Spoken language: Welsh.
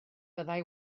fyddai